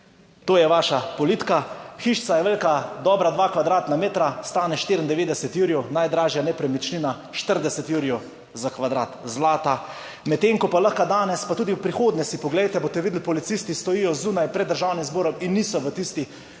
To je vaša politika. Hišica je velika dobra dva kvadratna mestra stane 94 jurjev, najdražja nepremičnina 40 jurjev za kvadrat, zlata. Medtem ko pa lahko danes, pa tudi v prihodnje, si poglejte, boste videli, policisti stojijo zunaj pred Državnim zborom in niso v tisti